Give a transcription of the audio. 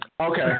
Okay